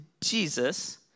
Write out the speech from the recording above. Jesus